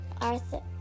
Arthur